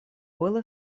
было